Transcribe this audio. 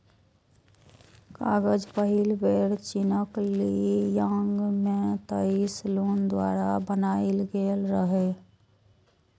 कागज पहिल बेर चीनक ली यांग मे त्साई लुन द्वारा बनाएल गेल रहै